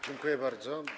Dziękuję bardzo.